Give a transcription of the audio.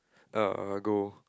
uh go